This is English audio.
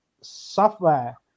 software